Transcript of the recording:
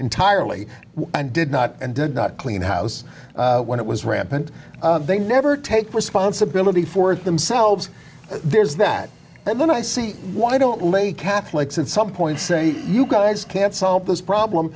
entirely and did not and did not clean house when it was rampant they never take responsibility for it themselves there's that and then i see why don't you make catholics in some point say you guys can't solve this problem